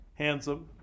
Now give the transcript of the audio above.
Handsome